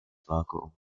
vakuum